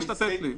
אתייחס לזה.